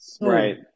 Right